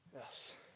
Yes